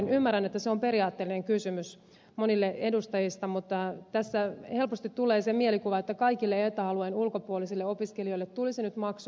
ymmärrän että se on periaatteellinen kysymys monille edustajista mutta tässä helposti tulee se mielikuva että kaikille eta alueen ulkopuolisille opiskelijoille tulisi nyt maksu